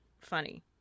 funny